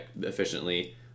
efficiently